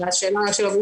כמובן.